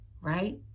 right